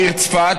העיר צפת,